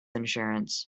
insurance